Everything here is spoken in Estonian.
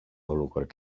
olukord